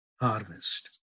harvest